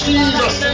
Jesus